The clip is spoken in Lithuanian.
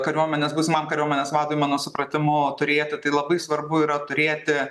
kariuomenės būsimam kariuomenės vadui mano supratimu turėti tai labai svarbu yra turėti